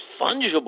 fungible